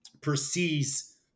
perceives